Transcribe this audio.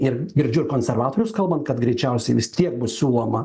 ir girdžiu konservatorius kalbant kad greičiausiai vis tiek bus siūloma